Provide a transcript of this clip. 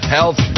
Health